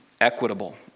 equitable